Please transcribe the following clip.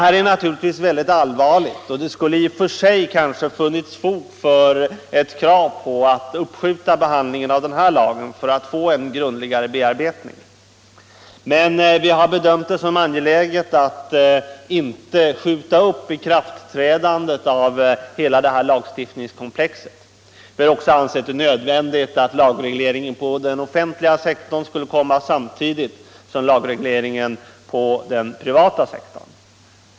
Detta är naturligtvis mycket allvarligt, och det skulle kanske funnits fog för ett krav på att uppskjuta behandlingen av den här lagen för att få en mer grundlig bearbetning. Men vi har bedömt det som angeläget att inte skjuta upp ikraftträdandet av hela detta lagstiftningskomplex. Vi har också ansett det nödvändigt att lagregleringen för den offentliga sektorn kommer samtidigt som lagregleringen för den privata sektorn.